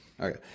Okay